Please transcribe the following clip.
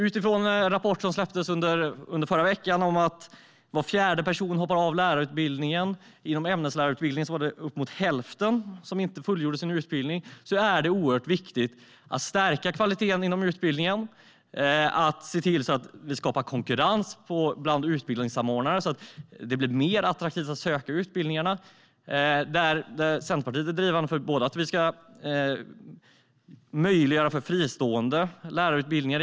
Utifrån en rapport som släpptes under förra veckan om att var fjärde person hoppar av lärarutbildningen - inom ämneslärarutbildningen är det uppemot hälften som inte fullgör sin utbildning - är det oerhört viktigt att stärka kvaliteten inom utbildningen. Det handlar om att se till att det skapas konkurrens bland utbildningssamordnarna så att det blir mer attraktivt att söka till utbildningarna. Centerpartiet är drivande för att vi ska möjliggöra fristående lärarutbildningar.